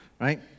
right